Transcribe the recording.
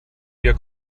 wir